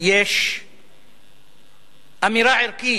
יש אמירה ערכית,